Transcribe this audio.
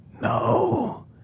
No